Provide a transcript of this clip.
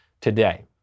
today